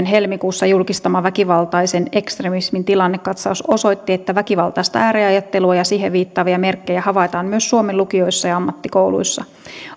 helmikuussa julkistama väkivaltaisen ekstremismin tilannekatsaus osoitti että väkivaltaista ääriajattelua ja siihen viittaavia merkkejä havaitaan myös suomen lukioissa ja ammattikouluissa